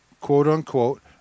quote-unquote